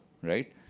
right?